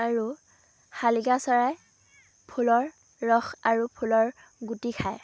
আৰু শালিকা চৰাই ফুলৰ ৰস আৰু ফুলৰ গুটি খায়